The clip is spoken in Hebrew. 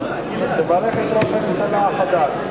תברך את ראש הממשלה החדש.